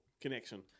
connection